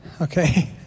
Okay